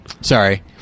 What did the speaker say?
Sorry